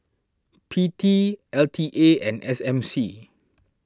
P T L T A and S M C